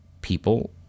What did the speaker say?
people